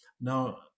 Now